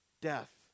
death